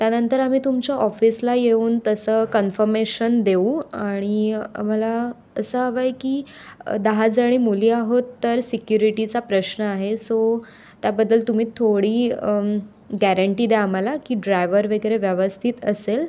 त्यानंतर आम्ही तुमच्या ऑफिसला येऊन तसं कन्फमेशन देऊ आणि आम्हाला असं हवं आहे की दहाजणी मुली आहोत तर सिक्युरिटीचा प्रश्न आहे सो त्याबद्दल तुम्ही थोडी गॅरेंटी द्या आम्हाला की ड्रायवर वगैरे व्यवस्थित असेल